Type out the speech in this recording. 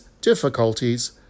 difficulties